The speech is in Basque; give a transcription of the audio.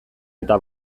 eta